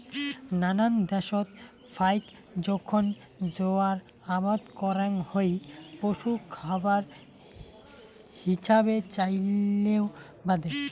নানান দ্যাশত ফাইক জোখন জোয়ার আবাদ করাং হই পশু খাবার হিছাবে চইলের বাদে